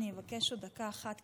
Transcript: אני אבקש עוד דקה אחת,